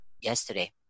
yesterday